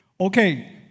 Okay